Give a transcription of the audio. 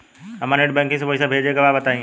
हमरा net banking से पईसा भेजे के बा बताई?